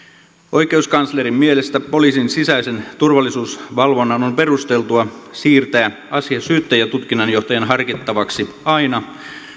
oikeuskanslerin mielestä poliisin sisäisen turvallisuusvalvonnan on perusteltua siirtää asia syyttäjätutkinnanjohtajan harkittavaksi aina